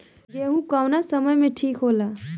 गेहू कौना समय मे ठिक होला?